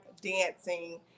dancing